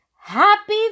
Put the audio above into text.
Happy